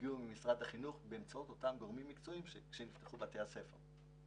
הגיעו ממשרד החינוך באמצעות אותם גורמים מקצועיים כשנפתחו בתי הספר.